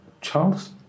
Charles